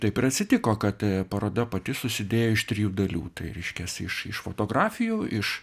taip ir atsitiko kad paroda pati susidėjo iš trijų dalių tai reiškias iš iš fotografijų iš